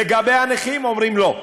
לגבי הנכים אומרים: לא,